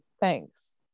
thanks